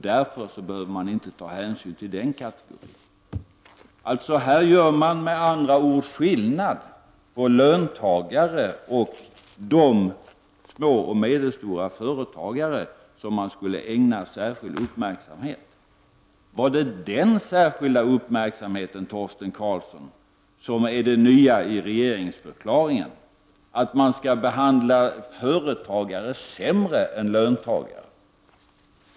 Därför behöver man inte ta hänsyn till denna kategori av människor. I detta sammanhang görs alltså skillnad på löntagare och de små och medelstora företagarna som skulle ägnas särskild uppmärksamhet. Är det denna särskilda uppmärksamhet, Torsten Karlsson, som är det nya i regeringsförklaringen, dvs. att företagare skall behandlas sämre än löntagare?